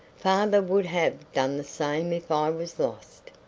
father would have done the same if i was lost.